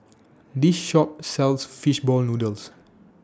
This Shop sells Fish Ball Noodles